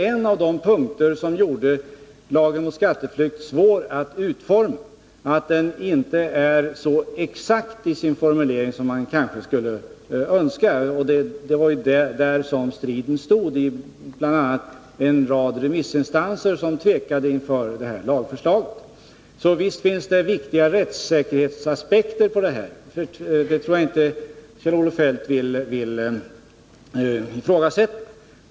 En av de punkter som gjorde lagen om skatteflykt så svår att utforma var också att den inte är så exakt i sin formulering som man kanske skulle önska. Det var ju på den punkten som striden stod. Det fanns bl.a. en rad remissinstanser som var tvekande inför lagförslaget. Att det finns viktiga rättssäkerhetsaspekter på den lag det gäller tror jag alltså inte att Kjell-Olof Feldt vill ifrågasätta.